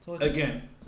Again